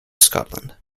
scotland